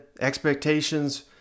expectations